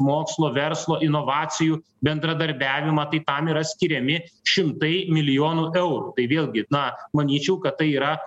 mokslo verslo inovacijų bendradarbiavimą tai tam yra skiriami šimtai milijonų eurų tai vėlgi na manyčiau kad tai yra